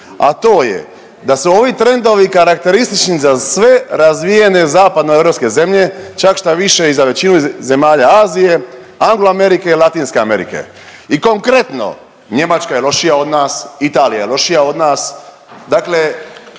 a to je da se ovi trendovi karakteristični za sve razvijene zapadnoeuropske zemlje, čak štaviše i za većinu zemalja Azije, Angloamerike i Latinske Amerike. I konkretno Njemačka je lošija od nas, Italija je lošija od nas, dakle